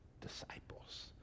disciples